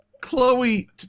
Chloe